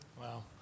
Wow